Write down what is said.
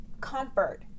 comfort